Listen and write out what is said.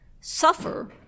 suffer